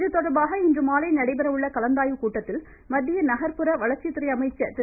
இதுதொடர்பாக இன்றுமாலை நடைபெற உள்ள கலந்தாய்வு கூட்டத்தில் மத்திய நகர்ப்புற வளர்ச்சித்துறை அமைச்சர் திரு